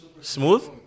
smooth